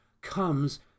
comes